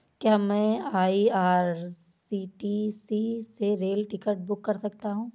क्या मैं आई.आर.सी.टी.सी से रेल टिकट बुक कर सकता हूँ?